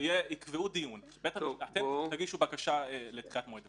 ויקבעו דיון ותגישו בקשה לדחיית מועד.